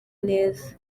neza